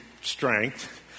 strength